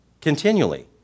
continually